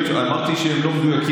אמרתי שהם לא מדויקים,